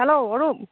hello Arup